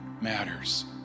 matters